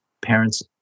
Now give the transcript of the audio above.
parents